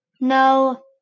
no